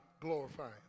glorifying